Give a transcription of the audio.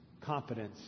competence